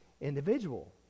individual